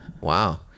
Wow